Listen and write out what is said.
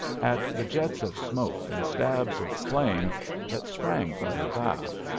at the jets of smoke and stabs of flame that sprang from her bow,